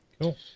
Cool